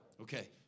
Okay